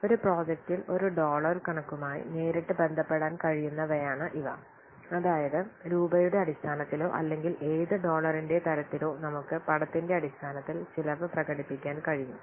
ഒരു പ്രോജക്റ്റിൽ ഒരു ഡോളർ കണക്കുമായി നേരിട്ട് ബന്ധപ്പെടാൻ കഴിയുന്നവയാണ് ഇവ അതായത് രൂപയുടെ അടിസ്ഥാനത്തിലോ അല്ലെങ്കിൽ ഏത് ഡോളറിന്റെ തരത്തിലോ നമുക്ക് പണത്തിന്റെ അടിസ്ഥാനത്തിൽ ചെലവ് പ്രകടിപ്പിക്കാൻ കഴിയും